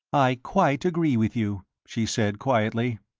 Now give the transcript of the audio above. i quite agree with you, she said, quietly.